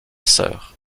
sœur